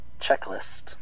checklist